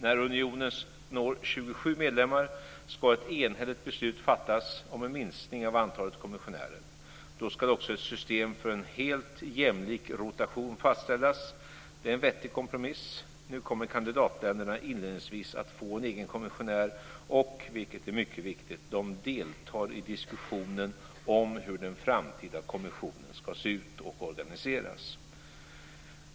När unionen når 27 medlemmar ska ett enhälligt beslut fattas om en minskning av antalet kommissionärer. Då ska också ett system för en helt jämlik rotation fastställas. Det är en vettig kompromiss. Nu kommer kandidatländerna inledningsvis att få en egen kommissionär, och, vilket är mycket viktigt, de deltar i diskussionen om hur den framtida kommissionen ska se ut och organiseras.